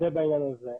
זה בעניין הזה.